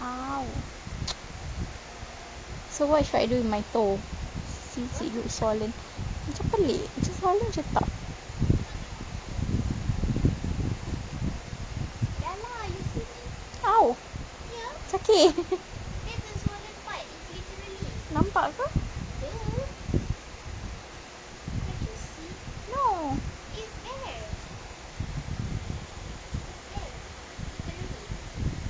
so what should I do with my toe since it look swollen macam pelik macam selalu macam tak !ow! sakit nampak ke